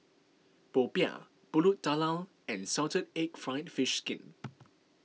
Popiah Pulut Tatal and Salted Egg Fried Fish Skin